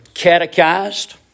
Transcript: Catechized